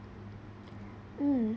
mm